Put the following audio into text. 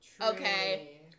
okay